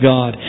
God